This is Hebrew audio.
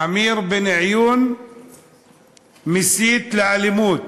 עמיר בניון מסית לאלימות.